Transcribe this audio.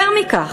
יותר מכך,